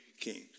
king